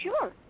sure